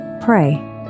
pray